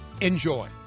Enjoy